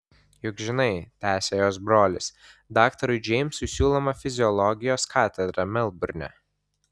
juk žinai tęsė jos brolis daktarui džeimsui siūloma fiziologijos katedra melburne